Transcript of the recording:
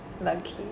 lucky